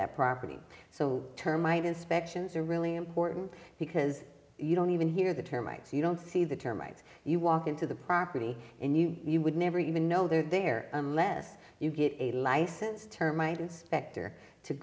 their property so termite inspections are really important because you don't even hear the termites you don't see the termites you walk into the property in you you would never even know they're there unless you get a license termite inspector to